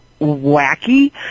wacky